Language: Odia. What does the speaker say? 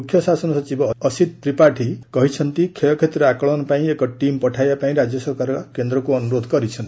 ମୁଖ୍ୟଶାସନ ସଚିବ ଅସିତ ତ୍ରିପାଠୀ କହିଛନ୍ତି କ୍ଷୟକ୍ଷତିର ଆକଳନ ପାଇଁ ଏକ ଟିମ୍ ପଠାଇବା ପାଇଁ ରାଜ୍ୟ ସରକାର କେନ୍ଦ୍ରକୁ ଅନୁରୋଧ କରିଛନ୍ତି